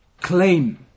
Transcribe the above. claim